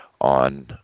on